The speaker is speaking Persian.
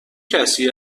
شکلی